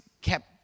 kept